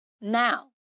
Now